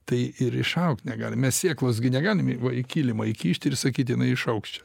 tai ir išaugt negali mes sėklos gi negalim va į kilimą įkišt ir sakyt jinai išaugs čia